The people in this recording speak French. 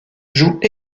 joue